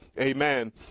amen